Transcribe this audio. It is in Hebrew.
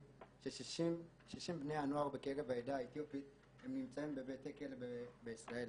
ש-60 בני נוער בקרב העדה האתיופית הם נמצאים בבתי כלא בישראל,